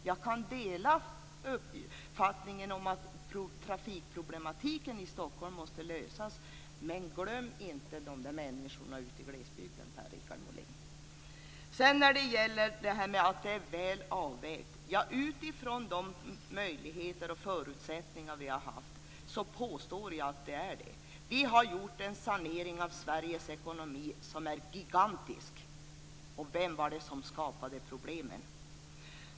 Jag kan dela uppfattningen att trafikproblematiken i Stockholm måste lösas, men glöm inte människorna ute i glesbygden, Per-Richard Utifrån de förutsättningar vi har haft påstår jag att det är väl avvägt. Vi har gjort en sanering av Sveriges ekonomi som är gigantisk. Vem var det som skapade problemen?